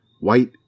white